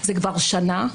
זה כבר שנה.